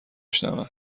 شنوم